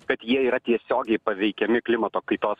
kad jie yra tiesiogiai paveikiami klimato kaitos